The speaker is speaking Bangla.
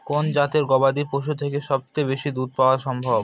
কোন জাতের গবাদী পশু থেকে সবচেয়ে বেশি দুধ পাওয়া সম্ভব?